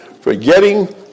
forgetting